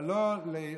אבל לא להשתמש,